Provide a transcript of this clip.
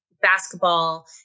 basketball